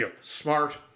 smart